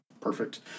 Perfect